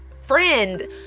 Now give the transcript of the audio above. friend